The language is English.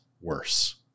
worse